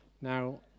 now